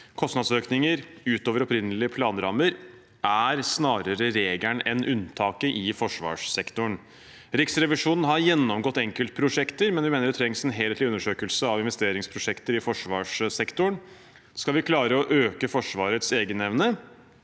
Kostnadsøkninger utover opprinnelige planrammer er snarere regelen enn unntaket i forsvarssektoren. Riksrevisjonen har gjennomgått enkeltprosjekter, men vi mener det trengs en helhetlig undersøkelse av investeringsprosjekter i forsvarssektoren. Skal vi klare å øke Forsvarets egenevne,